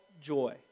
joy